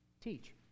teach